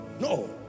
No